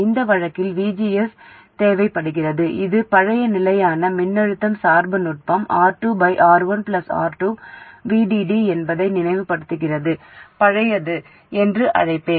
அந்த வழக்கில் VGS தேவைப்படுகிறது இது பழைய நிலையான மின்னழுத்தம் சார்பு நுட்பம் R2R1 R2 VDD என்பதை நினைவுபடுத்துவதற்கு பழையது என்று அழைப்பேன்